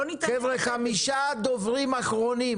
חמישה דוברים אחרונים